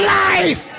life